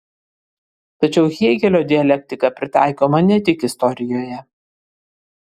tačiau hėgelio dialektika pritaikoma ne tik istorijoje